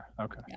Okay